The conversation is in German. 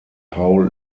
paul